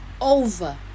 over